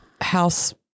house